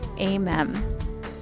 amen